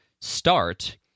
start